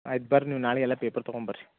ಆಯ್ತು ಬರ್ರಿ ನೀವು ನಾಳೆಗೆ ಎಲ್ಲ ಪೇಪರ್ ತಗೊಂಬರ್ರಿ